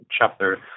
chapter